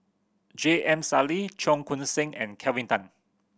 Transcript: J M Sali Cheong Koon Seng and Kelvin Tan